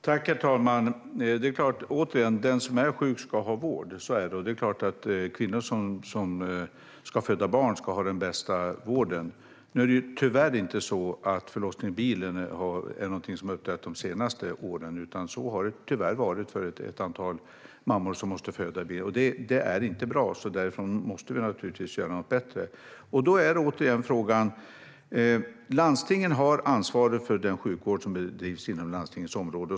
Herr talman! Återigen - det är klart att den som är svårt sjuk ska ha vård och att kvinnor som ska föda barn ska ha den bästa vården. Förlossning i bilen är tyvärr inte något som har uppträtt bara de senaste åren, utan det har varit ett antal mammor som tvingats föda i bilen. Detta är inte bra, så vi måste naturligtvis göra något bättre. Då handlar det återigen om att landstingen har ansvaret för den sjukvård som bedrivs inom deras område.